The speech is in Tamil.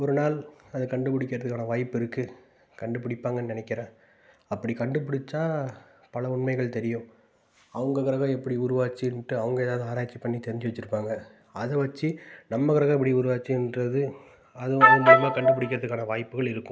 ஒருநாள் அதை கண்டு பிடிக்கிறதுக்கான வாய்ப்பு இருக்குது கண்டுபிடிப்பாங்க நினைக்கிறேன் அப்படி கண்டுபிடித்தா பல உண்மைகள் தெரியும் அவங்க கிரகம் எப்படி உருவாச்சுண்டு அவங்க ஏதாவது ஆராய்ச்சி பண்ணி தெரிஞ்சு வச்சுருபாங்க அதை வச்சு நம்ம கிரகம் எப்படி உருவாச்சுன்றது அதன் மூலயமா கண்டுபிடிக்கிறதுக்கான வாய்ப்புகள் இருக்கும்